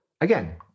again